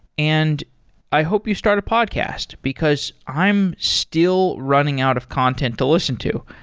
and i hope you start a podcast, because i am still running out of content to listen to.